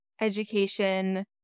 education